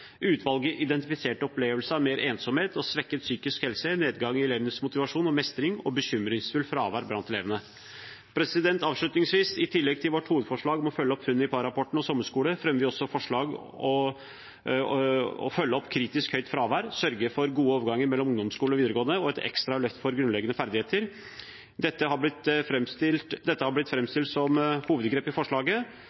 Utvalget identifiserte opplevelse av mer ensomhet, svekket psykisk helse, nedgang i elevenes motivasjon og mestring og bekymringsfullt fravær blant elevene. Avslutningsvis: I tillegg til vårt hovedforslag om å følge opp funnene i Parr-rapporten og om sommerskole fremmer vi også forslag om å følge opp kritisk høyt fravær, sørge for gode overganger mellom ungdomsskolen og videregående og sikre et ekstra løft for grunnleggende ferdigheter. Dette har blitt